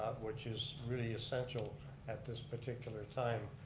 which is really essential at this particular time.